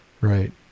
Right